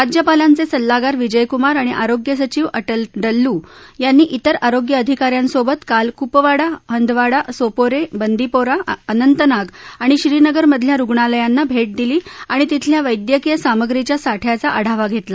राज्यपालांचे सल्लागार विजय कुमार आणि आरोग्य सचिव अटल डल्लू यांनी इतर आरोग्य अधिकाऱ्यांसोबत काल कुपवाडा हंदवाडा सोपोरे बांदिपोरा अनंतनाग आणि श्रीनगर मधल्या रुग्णालयांना भेट दिली आणि तिथल्या वद्धक्रीय सामग्रीच्या साठ्याचा आढावा घेतला